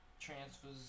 transfers